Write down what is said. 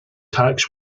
tax